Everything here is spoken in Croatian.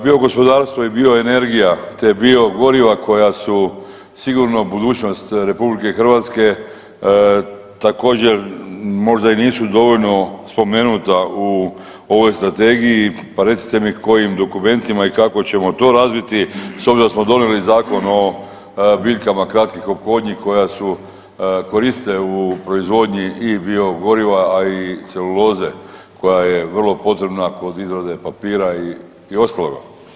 Biogospodarstvo i bioenergija, te biogoriva koja su sigurno budućnost Republike Hrvatske također možda i nisu dovoljno spomenuta u ovoj strategiji, pa recite mi kojim dokumentima i kako ćemo to razviti s obzirom da smo donijeli Zakon o biljkama kratkih ophodnji koja se koriste u proizvodnji i biogoriva, a i celuloze koja je vrlo potrebna kod izrade papira i ostaloga.